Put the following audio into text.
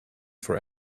for